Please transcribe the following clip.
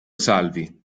salvi